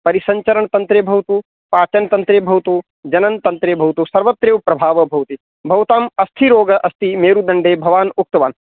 परिसञ्चरणतन्त्रे भवतु पाचनतन्त्रे भवतु जननतन्त्रे भवतु सर्वत्र एव प्रभावः भवति भवतां अस्थिरोगः अस्ति मेरुदण्डे भवान् उक्तवान्